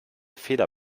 fehler